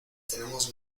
tenemos